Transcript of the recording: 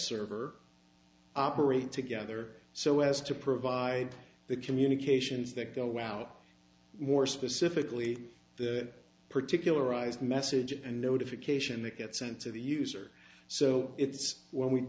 server operate together so as to provide the communications that go out more specifically the particularized message and notification they get sent to the user so it's when we